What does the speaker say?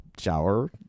shower